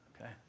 Okay